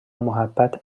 محبت